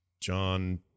john